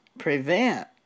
Prevent